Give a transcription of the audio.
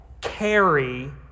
carry